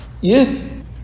Yes